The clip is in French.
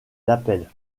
l’appelle